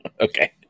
Okay